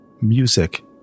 Music